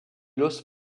los